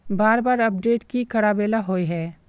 बार बार अपडेट की कराबेला होय है?